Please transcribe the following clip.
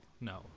no